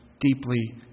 deeply